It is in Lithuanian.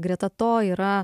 greta to yra